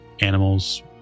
animals